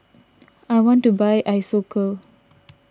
I want to buy Isocal